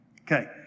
Okay